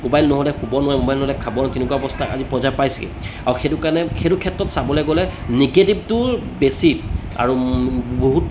mobile নহ'লে শুব নহয় মোবাইল নহ'লে খাব নহয় তেনেকুৱা অৱস্থা আজি পয্য়ায় পাইছে আৰু সেইটো কাৰণে সেইটো ক্ষেত্ৰত চাবলৈ গ'লে নিগেটিভটোৰ বেছি আৰু বহুত